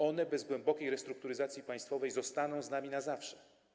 One, bez głębokiej restrukturyzacji państwowej, zostaną z nami na zawsze.